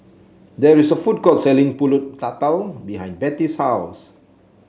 there is a food court selling pulut Tatal behind Betty's house